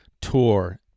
tour